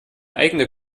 eigene